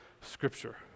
scripture